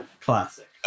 classic